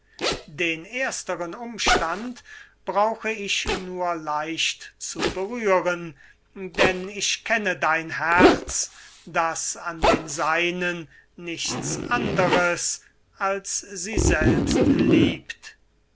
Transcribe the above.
den ersteren umstand brauche ich nur leicht zu berühren denn ich kenne dein herz das an den seinen nichts anderes als sie selbst liebt